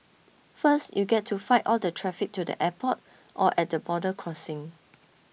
first you get to fight all the traffic to the airport or at the border crossing